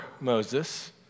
Moses